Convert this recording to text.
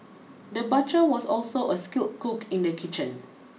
the butcher was also a skilled cook in the kitchen